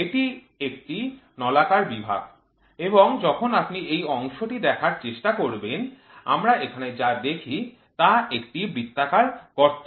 এটি একটি নলাকার বিভাগ এবং যখন আপনি এই অংশটি দেখার চেষ্টা করবেন আমরা এখানে যা দেখি তা একটি বৃত্তাকার গর্ত